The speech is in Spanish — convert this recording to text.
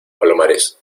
palomares